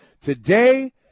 today